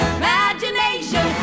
imagination